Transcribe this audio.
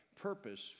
purpose